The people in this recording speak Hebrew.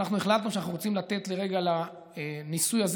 אנחנו החלטנו שאנחנו רוצים לתת לרגע לניסוי הזה